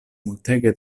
multege